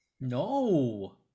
No